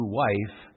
wife